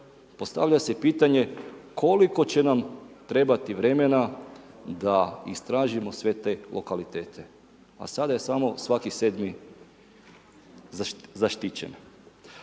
postavlja se pitanje koliko će nam trebati vremena da istražimo sve te lokalitete. A sada je svaki sedmi zaštićeni.